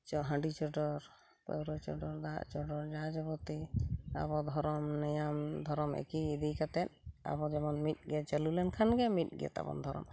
ᱪᱚ ᱦᱟᱸᱰᱤ ᱪᱚᱰᱚᱨ ᱯᱟᱹᱣᱨᱟᱹ ᱪᱚᱰᱚᱨ ᱫᱟᱜ ᱪᱚᱰᱚᱨ ᱡᱟᱦᱟᱸ ᱡᱟᱵᱚᱛᱤ ᱟᱵᱚ ᱫᱷᱚᱨᱚᱢ ᱱᱮᱭᱟᱢ ᱫᱷᱚᱨᱚᱢ ᱮᱠᱤ ᱤᱫᱤ ᱠᱟᱛᱮᱫ ᱟᱵᱚᱫᱚᱵᱚᱱ ᱢᱤᱫ ᱜᱮ ᱪᱟᱹᱞᱩ ᱞᱮᱱᱠᱷᱟᱱ ᱜᱮ ᱢᱤᱫᱜᱮ ᱛᱟᱵᱚᱱ ᱫᱷᱚᱨᱚᱢ